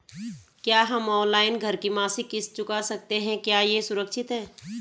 क्या हम ऑनलाइन घर की मासिक किश्त चुका सकते हैं क्या यह सुरक्षित है?